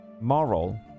Moral